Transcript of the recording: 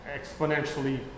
exponentially